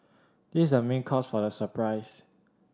this is a main cause for the surprise